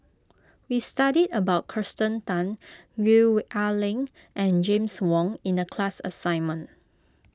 we studied about Kirsten Tan Gwee Ah Leng and James Wong in the class assignment